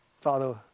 Father